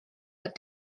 but